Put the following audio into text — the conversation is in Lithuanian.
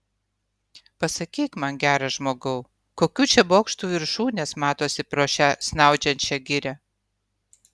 pasakyk man geras žmogau kokių čia bokštų viršūnės matosi pro šią snaudžiančią girią